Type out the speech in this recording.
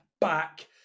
Back